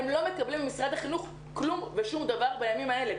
הם לא מקבלים ממשרד החינוך כלום ושום דבר בימים האלה.